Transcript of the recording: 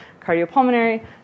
cardiopulmonary